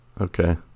Okay